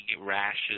rashes